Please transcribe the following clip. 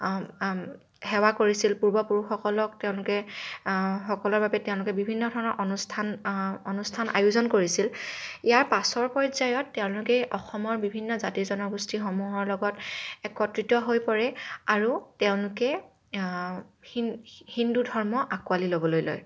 সেৱা কৰিছিল পূৰ্বপুৰুষসকলক তেওঁলোকে সকলৰ বাবে তেওঁলোকে বিভিন্ন ধৰণৰ অনুষ্ঠান অনুষ্ঠান আয়োজন কৰিছিল ইয়াৰ পাছৰ পৰ্যায়ত তেওঁলোকে অসমৰ বিভিন্ন জাতি জনগোষ্ঠীসমূহৰ লগত একত্ৰিত হৈ পৰে আৰু তেওঁলোকে হিন হিন্দু ধৰ্ম আঁকোৱালি ল'বলৈ লয়